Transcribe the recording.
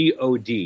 god